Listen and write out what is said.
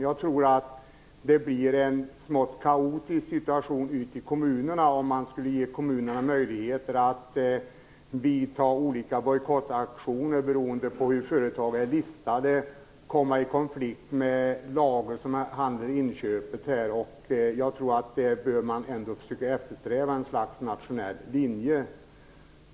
Jag tror att det blir en smått kaotisk situation i kommunerna, om kommunerna skulle få möjligheter att vidta olika bojkottaktioner beroende på hur företag är listade. Man kan komma i konflikt med lagar om inköp. Jag tror att det är bättre att försöka eftersträva en nationell linje.